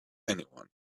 anyone